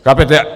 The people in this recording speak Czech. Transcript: Chápete?